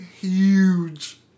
huge